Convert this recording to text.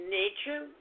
nature